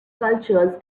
cultures